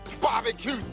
Barbecue